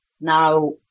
now